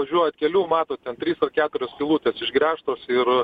važiuojat keliu matot ten trys ar keturios skylutės išgręžtos ir